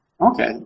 Okay